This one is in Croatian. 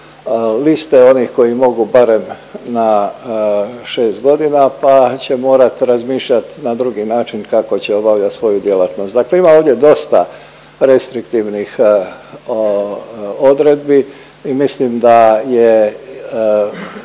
liste onih koji mogu barem na 6 godina, pa će morat razmišljati na drugi način kako će obavljati svoju djelatnost. Dakle ima ovdje dosta restriktivnih odredbi i mislim da je